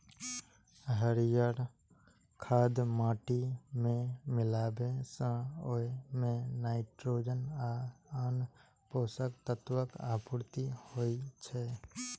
हरियर खाद माटि मे मिलाबै सं ओइ मे नाइट्रोजन आ आन पोषक तत्वक आपूर्ति होइ छै